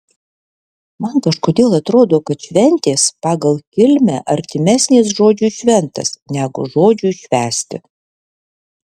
man kažkodėl atrodo kad šventės pagal kilmę artimesnės žodžiui šventas negu žodžiui švęsti